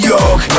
York